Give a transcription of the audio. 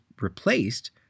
replaced